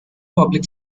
public